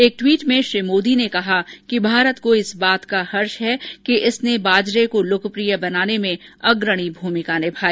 एक ट्वीट में श्री मोदी ने कहा कि भारत को इस बात का हर्ष है कि इसने बाजरे को लोकप्रिय बनाने में अग्रणी भूमिका निमाई